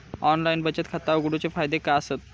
Online बचत खाता उघडूचे फायदे काय आसत?